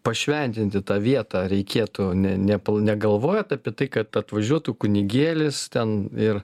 pašventinti tą vietą reikėtų ne nepla negalvojat apie tai kad atvažiuotų kunigėlis ten ir